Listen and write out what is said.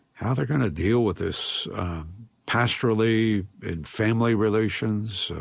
how they're going to deal with this pastorally, in family relations,